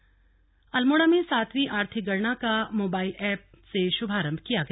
आर्थिक गणना अल्मोड़ा अल्मोड़ा में सातवीं आर्थिक गणना का मोबाइल एप से शुभारंभ किया गया